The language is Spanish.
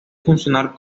funcionar